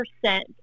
percent